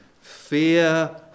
Fear